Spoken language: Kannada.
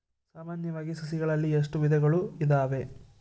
ಸಾಮಾನ್ಯವಾಗಿ ಸಸಿಗಳಲ್ಲಿ ಎಷ್ಟು ವಿಧಗಳು ಇದಾವೆ?